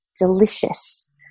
Delicious